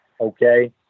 okay